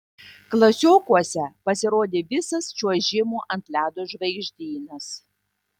klasiokuose pasirodė visas čiuožimo ant ledo žvaigždynas